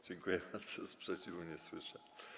Dziękuję bardzo, sprzeciwu nie słyszę.